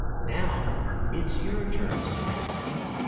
now it's your turn to practice.